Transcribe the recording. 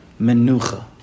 Menucha